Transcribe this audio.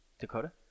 Dakota